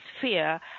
fear